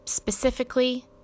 Specifically